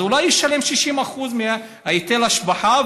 אז אולי הוא ישלם 60% מהיטל ההשבחה,